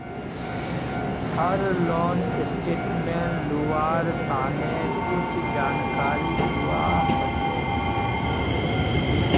हर loan statement लुआर तने कुछु जानकारी दुआ होछे